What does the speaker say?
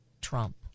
Trump